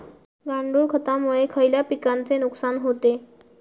गांडूळ खतामुळे खयल्या पिकांचे नुकसान होते?